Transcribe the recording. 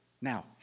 now